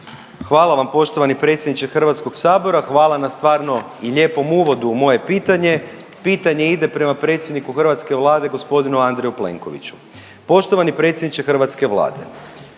Hvala vam poštovani predsjedniče HS, hvala na stvarno i lijepom uvodu u moje pitanje, pitanje ide prema predsjedniku hrvatske Vlade g. Andreju Plenkoviću. Poštovani predsjedniče hrvatske Vlade,